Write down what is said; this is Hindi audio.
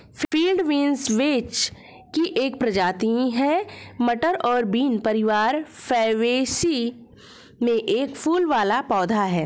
फील्ड बीन्स वेच की एक प्रजाति है, मटर और बीन परिवार फैबेसी में एक फूल वाला पौधा है